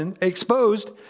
exposed